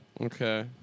Okay